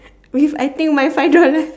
with I think my five dollar